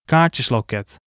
Kaartjesloket